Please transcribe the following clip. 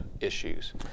issues